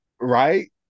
Right